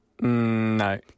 no